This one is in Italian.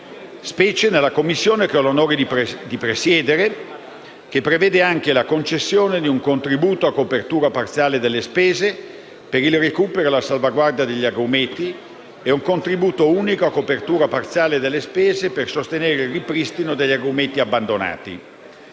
specialmente nella Commissione che ho l'onore di presiedere. Esso prevede anche la concessione di un contributo a copertura parziale delle spese per il recupero e la salvaguardia degli agrumeti, e un contributo unico a copertura parziale delle spese per sostenere il ripristino degli agrumeti abbandonati.